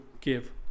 give